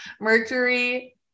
Mercury